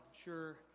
sure